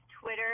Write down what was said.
Twitter